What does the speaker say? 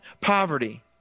poverty